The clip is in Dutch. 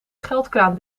geldkraan